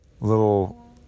little